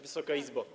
Wysoka Izbo!